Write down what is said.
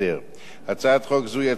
הצעת חוק זו היא הצעת חוק ממשלתית,